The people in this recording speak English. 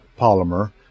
polymer